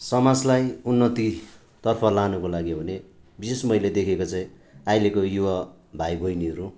समाजलाई उन्नतितर्फ लानुको लागि हो भने विशेष मैले देखेको चाहिँ अहिलेको युवा भाइबहिनीहरू